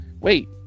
wait